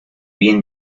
bien